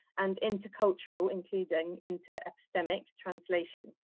and intercultural, including inter epistemic translation.